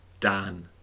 Dan